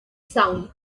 sound